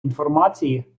інформації